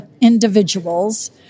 individuals